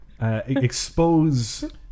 expose